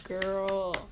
girl